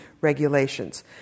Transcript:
regulations